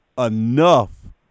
enough